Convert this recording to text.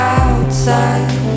outside